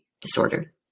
disorder